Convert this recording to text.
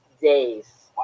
days